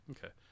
Okay